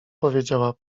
powiedziała